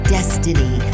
Destiny